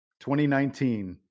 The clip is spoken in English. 2019